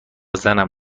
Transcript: زنم